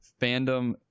fandom